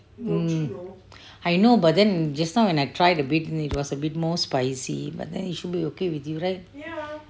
mm I know but then just now when I tried a bit it was a bit more spicy but then it should be okay with you right